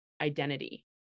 identity